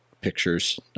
pictures